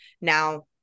Now